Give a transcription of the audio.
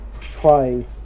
try